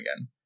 again